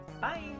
Bye